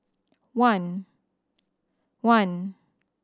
one one